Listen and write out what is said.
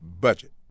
budget